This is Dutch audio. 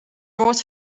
wordt